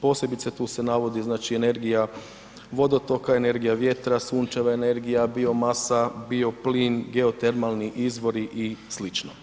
Posebice tu se navodi znači energija vodotoka, energija vjetra, Sunčeva energija, biomasa, bioplin, geotermalni izvori i sl.